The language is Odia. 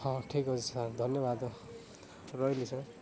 ହଁ ଠିକ୍ ଅଛି ସାର୍ ଧନ୍ୟବାଦ ରହିଲି ସାର୍